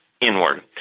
inward